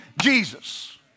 Jesus